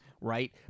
right